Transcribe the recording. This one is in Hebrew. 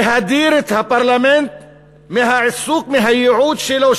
להדיר את הפרלמנט מהעיסוק בייעוד שלו,